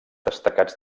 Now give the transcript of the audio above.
destacats